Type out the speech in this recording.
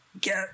get